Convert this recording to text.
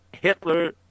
Hitler